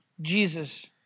Jesus